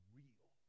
real